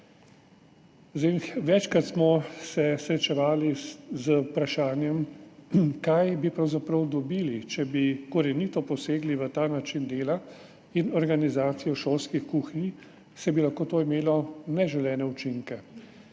Večkrat smo se srečevali z vprašanjem, kaj bi pravzaprav dobili, če bi korenito posegli v ta način dela in organizacijo šolskih kuhinj, saj bi lahko to imelo neželene učinke.